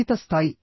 సన్నిహిత స్థాయి